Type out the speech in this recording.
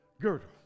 girdle